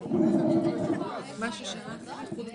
אנחנו כחברי